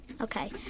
Okay